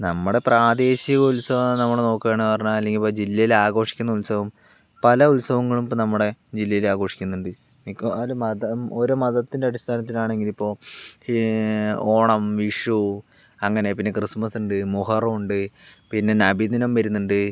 നമ്മുടെ പ്രാദേശിക ഉത്സവം നമ്മൾ നോക്കുകയാണ് പറഞ്ഞാൽ അല്ലെങ്കിൽ ഇപ്പോൾ ജില്ലയിൽ ആഘോഷിക്കുന്ന ഉത്സവം പല ഉത്സവങ്ങളും ഇപ്പോൾ നമ്മുടെ ജില്ലയിൽ ആഘോഷിക്കുന്നുണ്ട് മിക്കവാറും മതം ഓരോ മതത്തിൻ്റെ അടിസ്ഥാനത്തിലാണെങ്കിൽ ഇപ്പോൾ ഓണം വിഷു അങ്ങനെ പിന്നെ ക്രിസ്മസുണ്ട് മുഹറം ഉണ്ട് പിന്നെ നബി ദിനം വരുന്നുണ്ട്